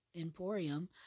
Emporium